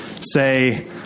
Say